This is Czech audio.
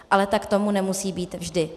Ale tak tomu nemusí být vždy.